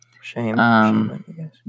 Shame